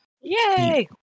yay